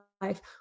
life